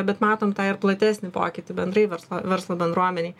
bet matom tą ir platesnį pokytį bendrai verslo verslo bendruomenėj